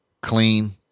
Clean